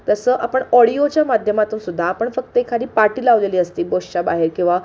तसं आपण ऑडिओच्या माध्यमातून सुद्धा आपण फक्त एखादी पाटी लावलेली असती बसच्या बाहेर किंवा